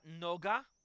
noga